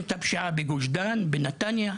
את ארגוני הפשיעה בגוש דן ובנתניה.